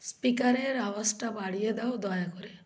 স্পীকারের আওয়াজটা বাড়িয়ে দাও দয়া করে